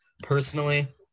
Personally